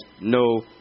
no